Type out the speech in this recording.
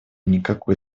никакой